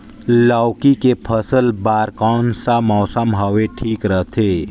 लौकी के फसल बार कोन सा मौसम हवे ठीक रथे?